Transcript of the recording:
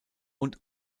und